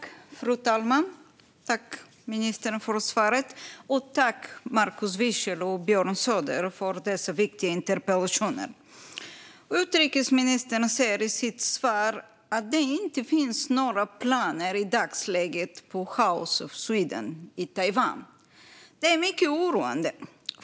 Fru talman! Tack, ministern, för svaret! Och tack, Markus Wiechel och Björn Söder, för dessa viktiga interpellationer! Utrikesministern säger i sitt svar att det inte finns några planer i dagsläget på House of Sweden i Taiwan. Det är mycket oroande.